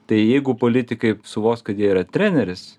tai jeigu politikai suvoks kad jie yra treneris